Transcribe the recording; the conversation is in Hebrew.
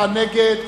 12 בעד, 54 נגד,